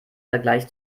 vergleich